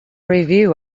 review